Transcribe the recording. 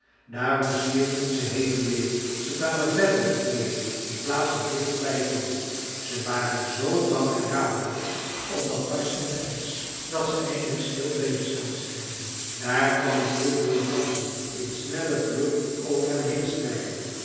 daarom zwierven ze heen en weer ze kwamen verder op het meer in plaats van dichter bij het land ze waren z bang en radeloos op dat barstende ijs dat ze eindelijk stil bleven staan schreien daar kwam een troep wilde ganzen in snelle vlucht over hen heen